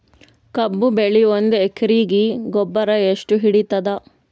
ಕಬ್ಬು ಬೆಳಿ ಒಂದ್ ಎಕರಿಗಿ ಗೊಬ್ಬರ ಎಷ್ಟು ಹಿಡೀತದ?